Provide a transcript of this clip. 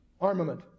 armament